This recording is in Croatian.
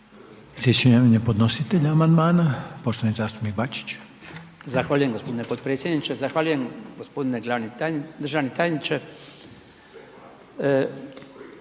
Hvala vam